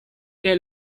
que